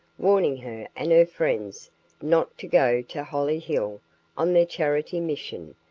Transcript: warning her and her friends not to go to hollyhill on their charity mission,